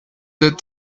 that